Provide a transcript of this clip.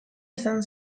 izan